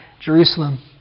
Jerusalem